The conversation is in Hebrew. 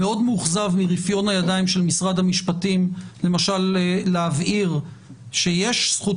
מרפיון הידיים של משרד המשפטים למשל להבהיר שיש זכות